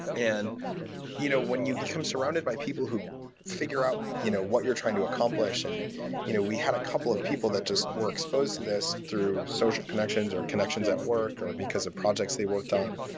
and you know when you become surrounded by people who figure out you know what you're trying to accomplish and you know we had a couple of people that just were exposed to this through social connections or connections at work or because of projects they worked on.